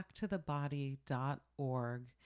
backtothebody.org